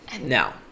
Now